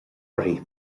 uirthi